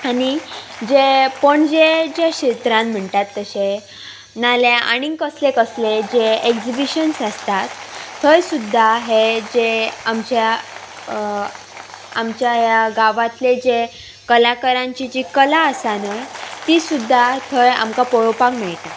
आनी जे पणजे जे क्षेत्रान म्हण्टात तशे नाजाल्यार आनीक कसले कसले जे ऍक्जिबिशन्स आसतात थंय सुद्दां हे जे आमच्या आमच्या ह्या गांवांतले जे कलाकारांची जी कला आसा न्हय ती सुद्दां थंय आमकां पळोवपाक मेळटा